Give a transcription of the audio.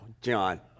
John